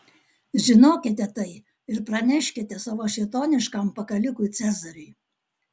žinokite tai ir praneškite savo šėtoniškam pakalikui cezariui